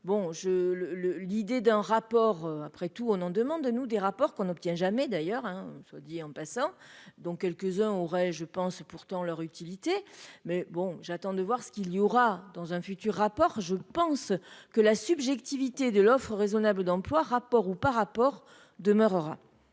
le l'idée d'un rapport après tout on en demande de nous des rapports qu'on obtient jamais d'ailleurs, soit dit en passant, dont quelques-uns aurait je pense pourtant leur utilité, mais bon, j'attends de voir ce qu'il y aura dans un futur rapport je pense que la subjectivité de l'offre raisonnable d'emploi rapport ou par rapport demeurera.